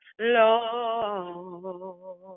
Lord